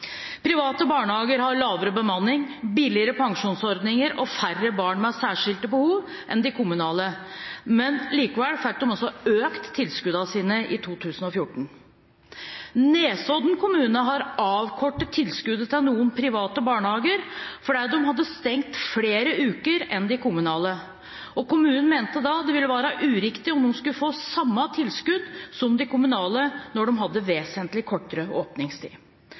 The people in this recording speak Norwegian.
Private barnehager har lavere bemanning, billigere pensjonsordninger og færre barn med særskilte behov enn de kommunale, men likevel fikk de økt tilskuddene i 2014. Nesodden kommune har avkortet tilskuddet til noen private barnehager, fordi de holdt stengt flere uker enn de kommunale. Kommunen mente derfor at det ville være feil om de skulle få det samme tilskuddet som de kommunale når de private hadde vesentlig kortere åpningstid.